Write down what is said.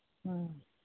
ꯑꯥ